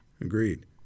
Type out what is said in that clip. Agreed